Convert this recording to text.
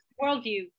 worldview